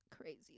crazy